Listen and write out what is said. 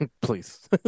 Please